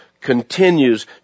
continues